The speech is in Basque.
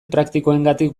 praktikoengatik